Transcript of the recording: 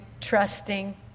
trusting